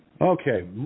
Okay